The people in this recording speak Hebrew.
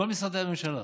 כל משרדי הממשלה,